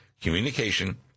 Communication